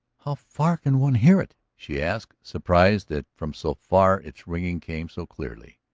how far can one hear it? she asked, surprised that from so far its ringing came so clearly.